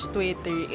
Twitter